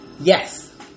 Yes